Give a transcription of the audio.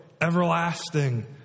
everlasting